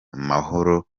amahoro